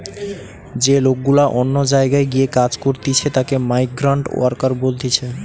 যে লোক গুলা অন্য জায়গায় গিয়ে কাজ করতিছে তাকে মাইগ্রান্ট ওয়ার্কার বলতিছে